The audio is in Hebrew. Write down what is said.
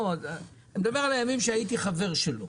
אז אני אדבר על הימים שהייתי חבר שלו.